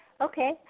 Okay